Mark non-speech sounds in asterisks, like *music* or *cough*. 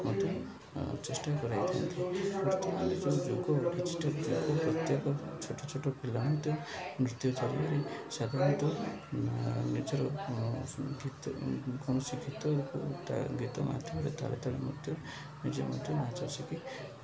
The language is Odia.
ମଧ୍ୟ ଚେଷ୍ଟା କରାଇଥାନ୍ତି ଆଜିକାଲି ଯେଉଁ ଯୁଗ ଡିଜିଟାଲ୍ ଯୁଗ ପ୍ରତ୍ୟେକ ଛୋଟ ଛୋଟ ପିଲା ମଧ୍ୟ ନୃତ୍ୟ *unintelligible* ସାଧାରଣତଃ ନିଜର ଗୀତ କୌଣସି ଗୀତ ତା ଗୀତ ମାଧ୍ୟମରେ ତାଳେ ତାଳେ ମଧ୍ୟ ନିଜେ ମଧ୍ୟ ନାଚ ଶଖି